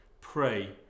Pray